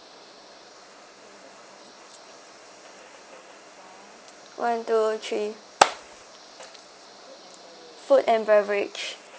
one two three food and beverage